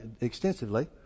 extensively